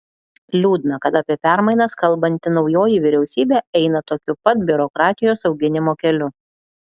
liūdna kad apie permainas kalbanti naujoji vyriausybė eina tokiu pat biurokratijos auginimo keliu